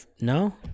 no